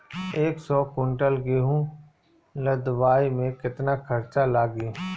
एक सौ कुंटल गेहूं लदवाई में केतना खर्चा लागी?